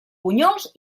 bunyols